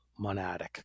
monadic